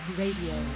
radio